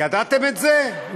ידעתם את זה?